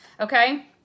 okay